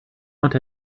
want